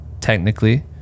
technically